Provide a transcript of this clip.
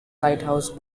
lighthouse